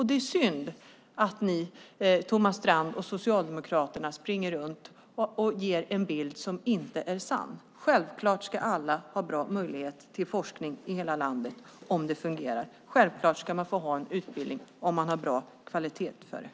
Det är synd att Thomas Strand och Socialdemokraterna springer runt och målar upp en bild som inte är sann. Självklart ska alla ha bra möjligheter till forskning i hela landet om det fungerar. Självklart ska man få ha en utbildning om kvaliteten i den är bra.